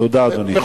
תודה, אדוני.